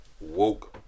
woke